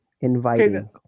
Inviting